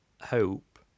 hope